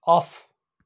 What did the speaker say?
of